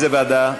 ועדה?